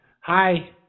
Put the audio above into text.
Hi